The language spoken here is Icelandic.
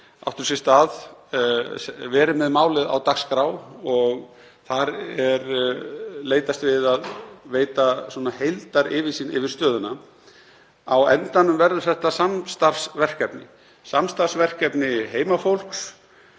áttu sér stað verið með málið á dagskrá. Þar er leitast við að veita heildaryfirsýn yfir stöðuna. Á endanum verður þetta samstarfsverkefni heimafólks,